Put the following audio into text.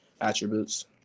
attributes